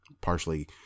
Partially